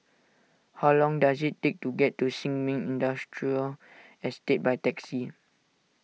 how long does it take to get to Sin Ming Industrial Estate by taxi